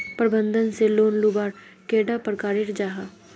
प्रबंधन से लोन लुबार कैडा प्रकारेर जाहा?